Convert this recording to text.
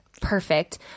perfect